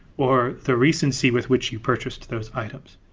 or the recency with which you've purchased those items.